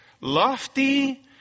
lofty